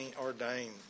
ordained